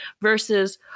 versus